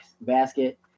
basket